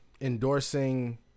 endorsing